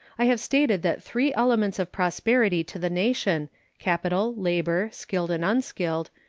i have stated that three elements of prosperity to the nation capital, labor, skilled and unskilled,